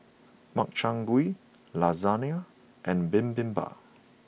Makchang Gui Lasagna and Bibimbap